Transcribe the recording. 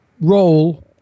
role